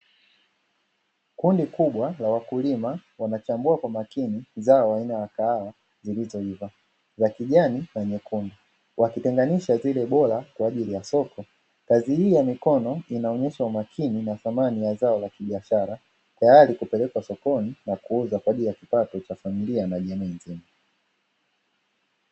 Kundi kubwa la wakulima wanachambua kwa makini zao aina ya kahawa zilizoiiva. Ya kijani pa nyekundu. Wakitenganisha zile bora kwa ajili ya soko. Kazi hii ya mikono inaonyesha umakini na thamani ya zao la kibiashara tayari kupelekwa sokoni na kuuzwa kwa ajili ya kipaumbele cha familia na jamii nzima.